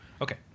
Okay